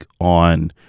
on